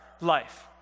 life